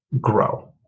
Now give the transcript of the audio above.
grow